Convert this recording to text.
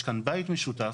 יש כאן בית משותף,